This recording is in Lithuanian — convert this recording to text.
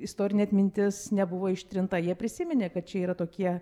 istorinė atmintis nebuvo ištrinta jie prisiminė kad čia yra tokie